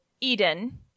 Eden